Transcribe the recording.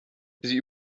sie